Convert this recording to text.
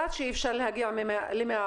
מסוים.